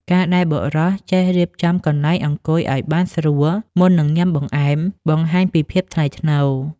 ការដែលបុរសចេះរៀបចំកន្លែងអង្គុយឱ្យបានស្រួលមុននឹងញ៉ាំបង្អែម បង្ហាញពីភាពថ្លៃថ្នូរ។